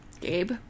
Gabe